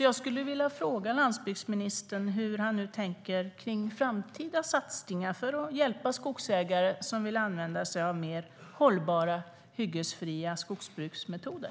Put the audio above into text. Jag vill därför fråga landsbygdsministern hur han tänker nu när det gäller framtida satsningar för att hjälpa skogsägare som vill använda sig av mer hållbara, hyggesfria skogsbruksmetoder.